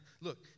Look